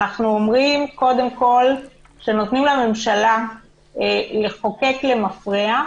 אנחנו אומרים קודם כל שנותנים לממשלה לחוקק למפרע,